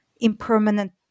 impermanent